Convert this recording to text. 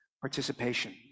participation